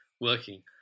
working